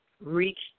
reached